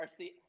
RC